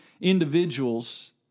individuals